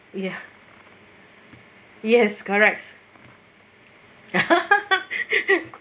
ya yes correct